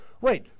Wait